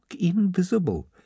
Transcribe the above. invisible